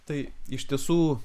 tai iš tiesų